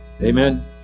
Amen